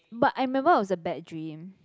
but I remember it was a bad dream